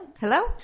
Hello